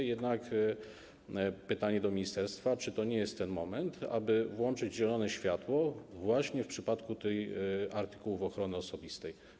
Mam jednak pytanie do ministerstwa: Czy to nie jest ten moment, aby włączyć zielone światło właśnie w przypadku artykułów ochrony osobistej?